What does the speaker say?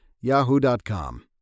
Yahoo.com